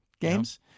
games